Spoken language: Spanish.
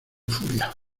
furia